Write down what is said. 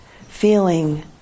feeling